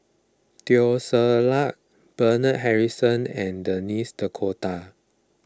Teo Ser Luck Bernard Harrison and Denis D'Cotta